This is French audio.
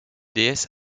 déesses